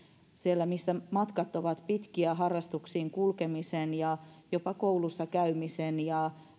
siellä missä matkat ovat pitkiä harrastuksiin kulkemisen ja jopa koulussa käymisen ja